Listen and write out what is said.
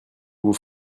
vous